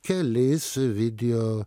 kelis video